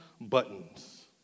buttons